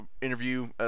interview